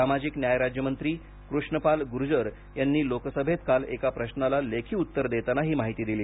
सामाजिक न्याय राज्यमंत्री कृष्ण पाल गुर्जर यांनी लोकसभेत काल एका प्रश्नाला लेखी उत्तर देताना ही माहिती दिली